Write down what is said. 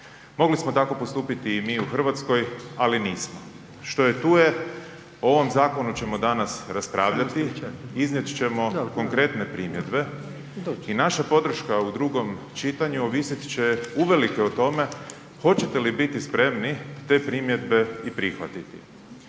Mogli smo tako postupiti i mi u Hrvatskoj, ali nismo, što je tu je. O ovom zakonu ćemo danas raspravljati, iznijet ćemo konkretne primjedbe i naša podrška u drugom čitanju ovisit će uvelike o tome hoćete li biti spremni te primjedbe i prihvatiti.